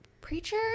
Preacher